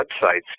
websites